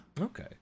Okay